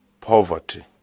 poverty